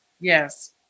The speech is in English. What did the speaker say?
Yes